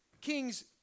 kings